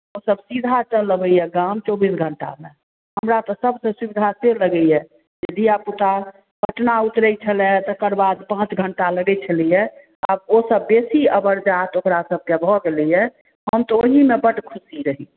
आब सीधा चलि अबैया गाम चौबीस घंटा मे हमरा तऽ सबसँ सुविधा से लगैया धीयापुता पटना उतरै छलाहे तकर बाद पाँच घंटा लगै छलैया ओ सब बेसी अबर्जात ओकरा सब के भऽ गेलैया हम तऽ ओहि मे बड्ड खुशी रही